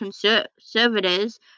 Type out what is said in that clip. conservatives